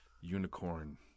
unicorn